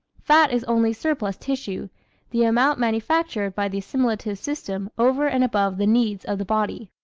fat is only surplus tissue the amount manufactured by the assimilative system over and above the needs of the body.